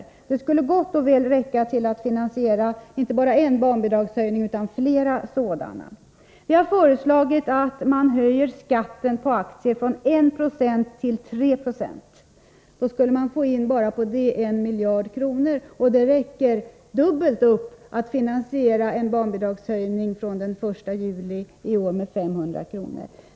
Detta skulle gott och väl räcka till att finansiera inte bara en barnbidragshöjning utan flera. Vi har föreslagit att man höjer skatten på aktier från 1 96 till 3 20. Bara på det sättet skulle man få in 1 miljard kronor, och det räcker dubbelt upp att finansiera en barnbidragshöjning med 500 kr. från den 1 juli i år.